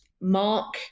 mark